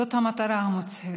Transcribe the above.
זאת המטרה המוצהרת,